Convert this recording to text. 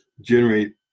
generate